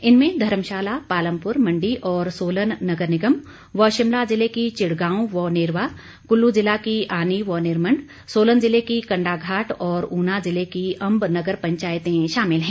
इनमें धर्मशाला पालमपुर मण्डी और सोलन नगर निगम व शिमला ज़िले की चिड़गांव व नेरवा कुल्लू ज़िला की आनी व निरमण्ड सोलन ज़िले की कंडाघाट और ऊना ज़िले की अम्ब नगर पंचायतें शामिल हैं